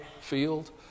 field